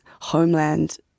Homeland